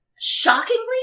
Shockingly